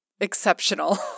exceptional